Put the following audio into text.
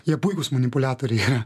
jie puikūs manipuliatoriai yra